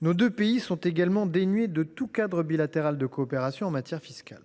Nos deux pays sont également dénués de tout cadre bilatéral de coopération en matière fiscale.